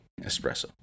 espresso